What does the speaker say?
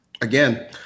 Again